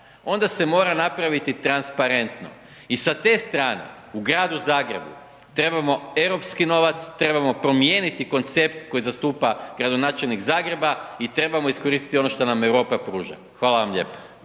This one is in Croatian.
Onda se mora napraviti transparentno. I sa te strane u gradu Zagrebu trebamo europski novac, trebamo promijeniti koncept koji zastupa gradonačelnik Zagreba i trebamo iskoristiti ono što nam Europa pruža. Hvala vam lijepa.